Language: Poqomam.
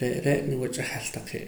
re' re' niwach'ajal taqee'